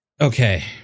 Okay